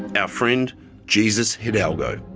our friend jesus hidalgo.